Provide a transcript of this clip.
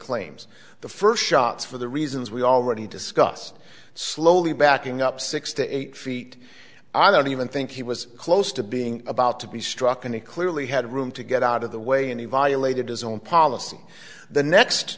claims the first shots for the reasons we already discussed slowly backing up six to eight feet i don't even think he was close to being about to be struck and he clearly had room to get out of the way and he violated his own policy the next